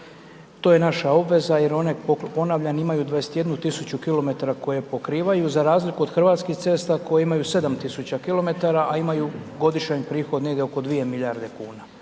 To je naša obveza jer one, ponavljam imaju 21.000 km koje pokrivaju za razliku od Hrvatskih cesta koje imaju 7.000 km, a imaju godišnji prihod negdje oko 2 milijarde kuna.